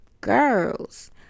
girls